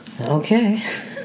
Okay